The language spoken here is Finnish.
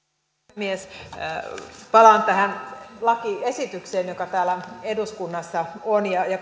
puhemies palaan tähän lakiesitykseen joka täällä eduskunnassa on ja ja